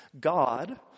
God